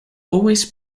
also